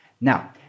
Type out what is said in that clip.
Now